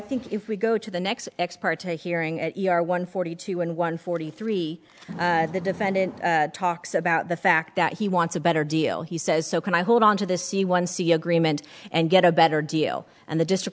think if we go to the next ex parte hearing your one forty two and one forty three the defendant talks about the fact that he wants a better deal he says so can i hold onto the c one c agreement and get a better deal and the district